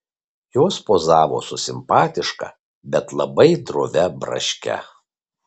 jos pozavo su simpatiška bet labai drovia braške